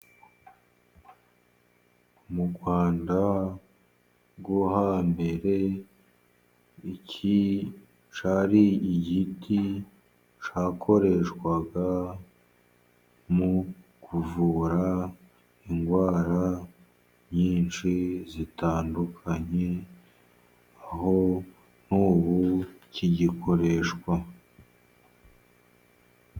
Mu Rwanda rwo hambere iki cyari igiti cyakoreshwaga mu kuvura indwara nyinshi zitandukanye, aho n'ubu kigikoreshwa.